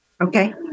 Okay